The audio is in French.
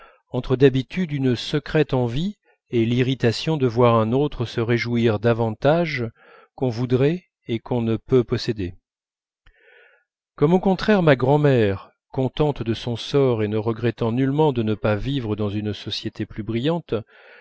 entrent d'habitude une secrète envie et l'irritation de voir un autre se réjouir d'avantages qu'on voudrait et qu'on ne peut posséder comme au contraire ma grand'mère contente de son sort et ne regrettant nullement de ne pas vivre dans une société plus brillante